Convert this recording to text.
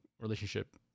relationship